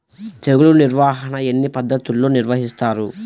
తెగులు నిర్వాహణ ఎన్ని పద్ధతుల్లో నిర్వహిస్తారు?